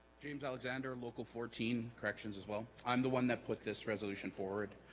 james alexander local fourteen corrections as well i'm the one that put this resolution forward